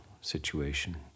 situation